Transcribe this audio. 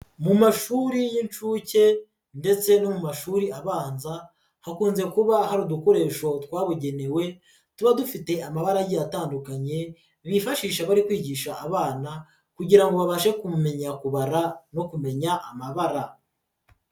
Mu mashuri y'inshuke ndetse no mu mashuri abanza hakunze kuba hari udukoresho twabugenewe tuba dufite amabara agiye atandukanye bifashisha bari kwigisha abana kugira ngo babashe kumenya kubara no kumenya amabara.